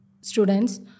students